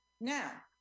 Now